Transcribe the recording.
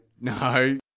No